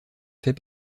fait